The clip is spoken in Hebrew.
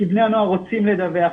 כי בני הנוער רוצים לדווח,